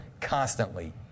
constantly